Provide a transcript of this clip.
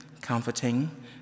comforting